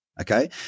okay